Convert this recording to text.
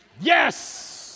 Yes